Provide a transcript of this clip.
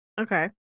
Okay